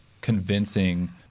convincing